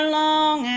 long